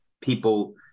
people